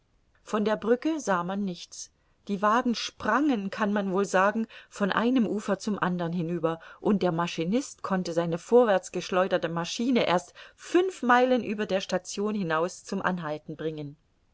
von der brücke sah man nichts die wagen sprangen kann man wohl sagen von einem ufer zum andern hinüber und der maschinist konnte seine vorwärts geschleuderte maschine erst fünf meilen über der station hinaus zum anhalten bringen